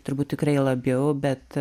turbūt tikrai labiau bet